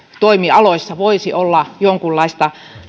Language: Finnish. toimialoissa voisi olla jonkunlaista